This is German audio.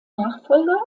nachfolger